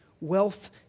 Wealth